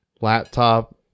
laptop